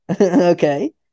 okay